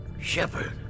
Shepard